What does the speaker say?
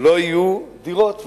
לא יהיו דירות,